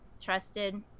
trusted